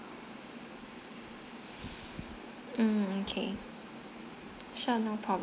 mm okay sure no problem